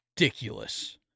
ridiculous